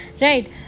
Right